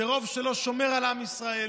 זה רוב שלא שומר על עם ישראל.